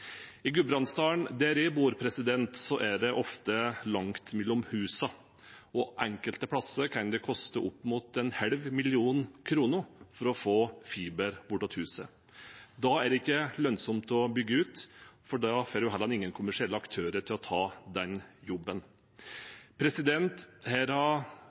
I Gudbrandsdalen, der jeg bor, er det ofte langt mellom husene, og enkelte steder kan det koste opp mot 0,5 mill. kr å få fiber bort til huset. Da er det ikke lønnsomt å bygge ut, og da får man heller ingen kommersielle aktører til å ta den jobben. Her har